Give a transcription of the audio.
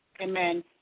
Amen